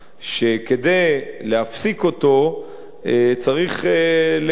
שכדי להפסיק אותו צריך לגבש